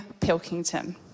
Pilkington